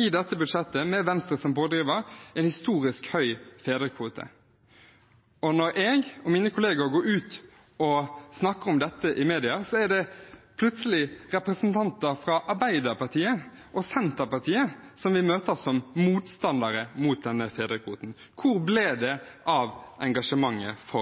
i dette budsjettet, med Venstre som pådriver, fått til en historisk høy fedrekvote. Og når jeg og mine kolleger går ut og snakker om dette i mediene, er det plutselig representanter fra Arbeiderpartiet og Senterpartiet vi møter som motstandere av denne fedrekvoten. Hvor ble det av